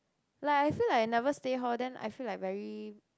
like I feel like I never stay hall then I feel like very